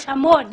יש המון חסמים,